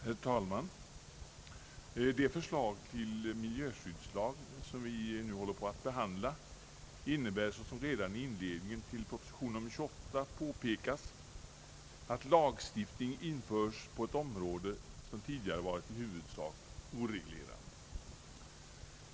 Herr talman! Det förslag till miljöskyddslag som vi nu håller på att behandla innebär, såsom påpekas redan i inledningen till proposition 28, att lagstiftning införs på ett område som tidigare varit i huvudsak oreglerat.